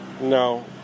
No